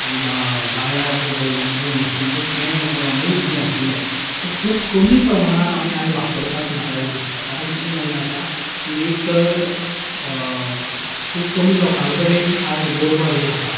गाया किंवा बैलांचें किंवां म्हशींचें शेण किंवां मूत जें आशिल्लें तें खूब कमी प्रमाणांत आमी आयज वापरता अशें म्हाका दिसता कारण कितें जाल्लें आसा की एक तर खूब कमी लोकां कडेन आज गोरवां हीं आसा